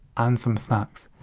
and some snacks.